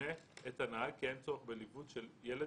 הממונה את הנהג כי אין צורך בליווי של ילד